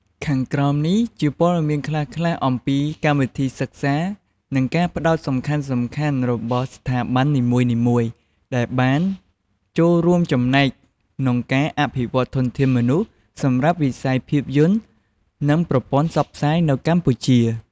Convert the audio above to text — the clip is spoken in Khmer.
ខាងក្រោមនេះជាព័ត៌មានខ្លះៗអំពីកម្មវិធីសិក្សា និងការផ្ដោតសំខាន់ៗរបស់ស្ថាប័ននីមួយៗ ដែលបានចូលរួមចំណែកក្នុងការអភិវឌ្ឍធនធានមនុស្សសម្រាប់វិស័យភាពយន្ត និងប្រព័ន្ធផ្សព្វផ្សាយនៅកម្ពុជា។